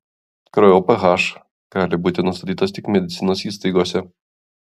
kraujo ph gali būti nustatytas tik medicinos įstaigose